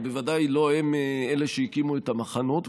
ובוודאי לא הם אלה שהקימו את המחנות,